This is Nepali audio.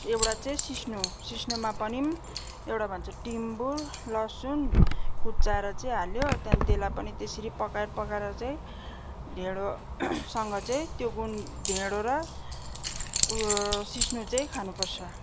एउटा चाहिँ सिस्नो सिस्नोमा पनि एउटा भन्छ टिम्बुर लसुन कुच्चाएर चाहिँ हाल्यो त्यहाँदेखि त्यसलाई पनि त्यसरी पकाएर पकाएर चाहिँ ढेँडो सँग चाहिँ त्यो ढेँडो र उयो सिस्नो चाहिँ खानु पर्छ